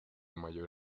mayor